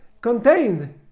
contained